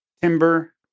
Timber